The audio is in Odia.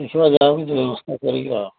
ଦେଖିବା ଯେମିତି ବ୍ୟବସ୍ଥା କରିକି ଆଉ